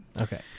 Okay